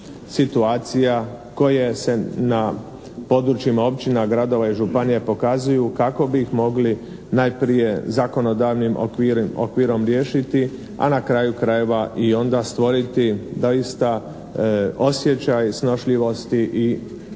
situacija koje se na područjima općina, gradova i županija pokazuju kako bi ih mogli najprije zakonodavnim okvirom riješiti a na kraju krajeva onda stvoriti doista osjećaj snošljivosti i međusobnog